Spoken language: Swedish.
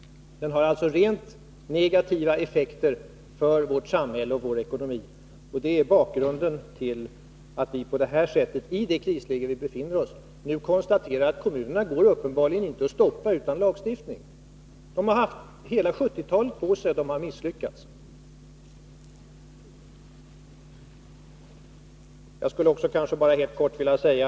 Den har alltså rent negativa effekter för vårt samhälle och vår ekonomi. Det är bakgrunden till att vi på det här sättet, i det krisläge vi befinner oss i, nu konstaterar att kommunerna uppenbarligen inte går att stoppa utan lagstiftning. De har haft hela 1970-talet på sig, och de har misslyckats.